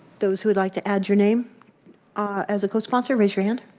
those who would like to add your name ah as a cosponsor raise your hand.